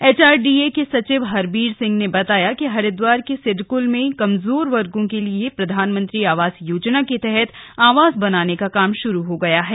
H R D A के सचिव हरबीर सिंह ने बताया कि हरिद्वार के सिडकुल में कमजोर वर्गो के लिए प्रधानमंत्री आवास योजना के तहत आवास बनाने का काम शुरू हो गया है